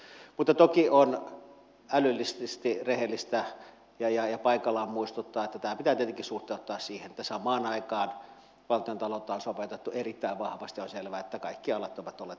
mutta toki on älyllisesti rehellistä ja paikallaan muistuttaa että tämä pitää tietenkin suhteuttaa siihen että samaan aikaan valtiontaloutta on sopeutettu erittäin vahvasti ja on selvää että kaikki alat ovat olleet tässä mukana